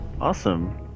Awesome